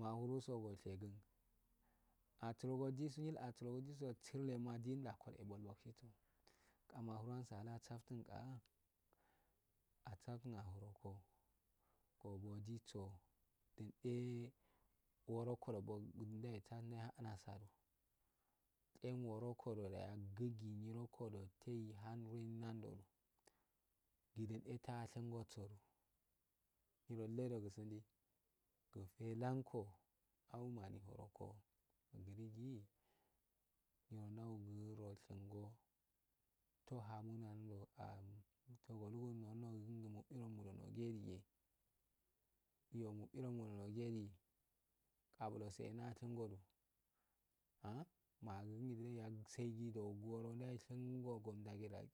Mahusogoshegun asurogo jusu nyil asuro gojufu nyel asurogojusu sullemandinda adsheso ogundisso kindec wuro lurogo indewetsatun ndehanasa enworokodo da ngenggigee nyiro lanndodu dadunde tashingoso nyirolegosindii mufe lanko oguligii nyirongoru hdudun oringo go toh hannyiro nyiroga ro kmtun oluggi endiye dige iyonyirodu nbuyandiye ndweh dua dunda ndusu gowaro musshego. mukdihi mnowe masha allah uhi nyipal ndalii ngoro waroduodulidu anengodagollie amengoyo musedo dagaudullo ndwego dunigii ndwe ausungodo dalcaldugun gdoris he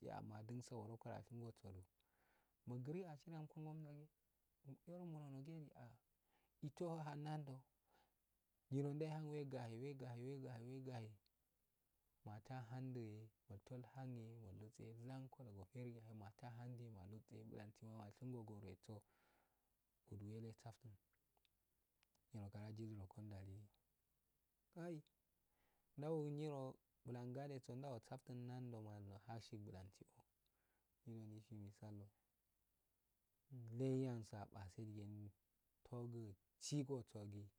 odo sirogwadlabtuwan guso ndwendaundii ns he koh adingetu ansoda dindinyeyo. gwshakun kabar ah nyegarandewo ndalui nyingaraandalii nyigosoheda gara iyargu nowegun tunsogo ewegundo aguu dokanye goayetsihe yetsihe yetsihe yetsihe faguma otougudu mushegosu handu museguso handi dasi nyilshingo dulwasi msshe.